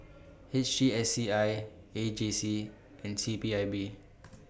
H T S C I A J C and C P I B